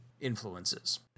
influences